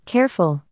Careful